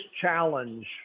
challenge